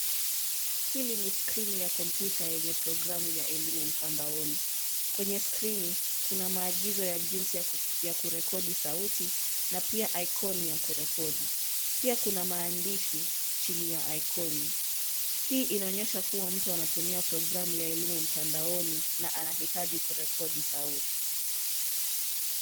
Hili ni skrini ya kompyuta yenye programu ya elimu mtandaoni. Kwenye skrini, kuna maagizo ya jinsi ya kurekodi sauti na pia ikoni ya kurekodi. Pia kuna maandishi chini ya ikoni. Hii inaonyesha kuwa mtu anatumia programu ya elimu mtandaoni na anahitaji kurekodi sauti.